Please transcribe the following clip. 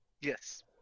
Yes